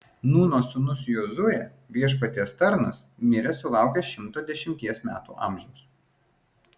nūno sūnus jozuė viešpaties tarnas mirė sulaukęs šimto dešimties metų amžiaus